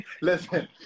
Listen